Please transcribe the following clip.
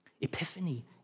Epiphany